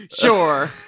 sure